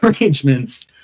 arrangements